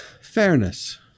Fairness